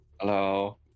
Hello